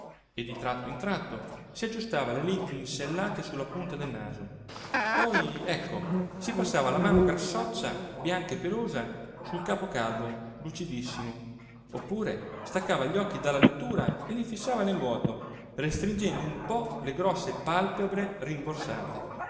e di tratto in tratto si aggiustava le lenti insellate su la punta del naso poi ecco si passava la mano grassoccia bianca e pelosa sul capo calvo lucidissimo oppure staccava gli occhi dalla lettura e li fissava nel vuoto restringendo un po le grosse palpebre rimborsate